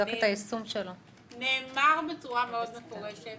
נאמר בצורה מאוד מפורשת